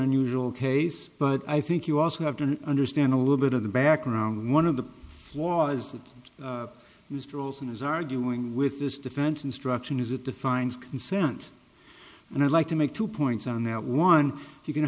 unusual case but i think you also have to understand a little bit of the background one of the flaws that mr olson is arguing with this defense instruction is it defines consent and i'd like to make two points on that one you can